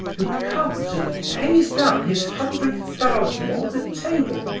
who comes and pays down his hundred thousand on the table,